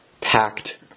packed